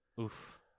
Oof